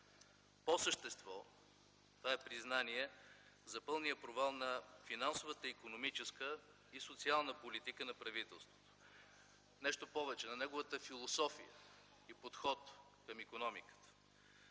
По същество това е признание за пълния провал на финансовата, икономическата и социална политика на правителството. Нещо повече, на неговата философия и подход към икономиката.